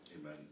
Amen